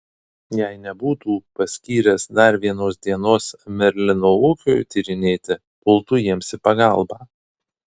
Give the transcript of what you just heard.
jei nebūtų paskyręs dar vienos dienos merlino ūkiui tyrinėti pultų jiems į pagalbą